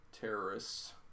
Terrorists